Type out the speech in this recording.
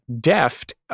deft